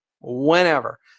whenever